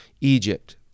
Egypt